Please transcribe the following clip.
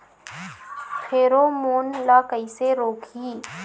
Pheromone ला कइसे रोकही?